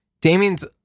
Damien's